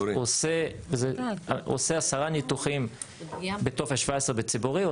הוא עושה עשרה ניתוחים בטופס 17 בציבורי,